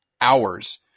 hours